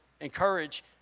encourage